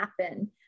happen